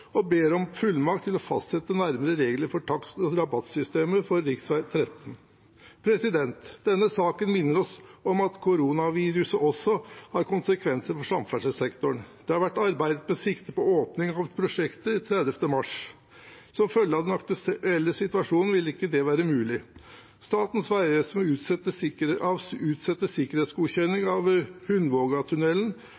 og ber om fullmakt til å fastsette nærmere regler for takst- og rabattsystemet for rv. Denne saken minner oss om at koronaviruset også har konsekvenser for samferdselssektoren. Det har vært arbeidet med sikte på åpning av prosjektet 30. mars. Som følge av den aktuelle situasjonen vil ikke det være mulig. Statens vegvesen må utsette sikkerhetsgodkjenning av